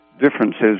differences